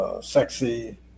Sexy